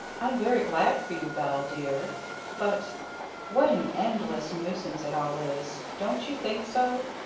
i'm very glad for you, belle, dear but what an endless nuisance it all is don't you think so?